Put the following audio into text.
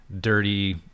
dirty